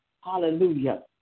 hallelujah